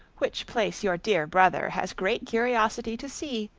which place your dear brother has great curiosity to see,